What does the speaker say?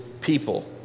people